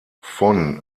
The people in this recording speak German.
von